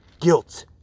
guilt